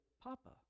Papa